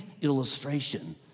illustration